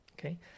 okay